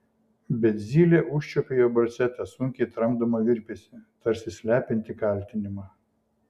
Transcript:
bet zylė užčiuopė jo balse tą sunkiai tramdomą virpesį tarsi slepiantį kaltinimą